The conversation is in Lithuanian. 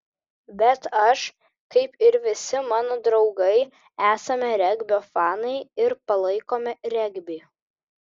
bet aš kaip ir visi mano draugai esame regbio fanai ir palaikome regbį